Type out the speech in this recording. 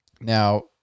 now